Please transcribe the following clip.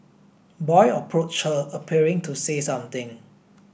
boy approached her appearing to say something